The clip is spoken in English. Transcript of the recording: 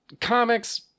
comics